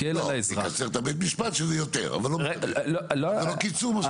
איזשהו תיקון שהוא בא לטובת אותם קשישים.